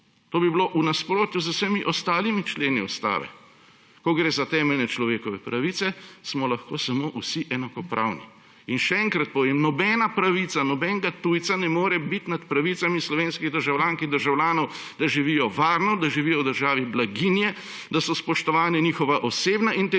To bi bilo v nasprotju z vsemi ostalimi členi ustave. Ko gre za temeljne človekove pravice, smo lahko samo vsi enakopravni. Še enkrat povem, nobena pravica nobenega tujca ne more biti nad pravicami slovenskih državljank in državljanov, da živijo varno, da živijo v državi blaginje, da so spoštovane njihova osebna integriteta,